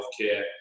healthcare